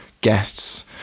guests